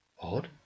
odd